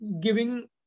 giving